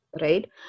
Right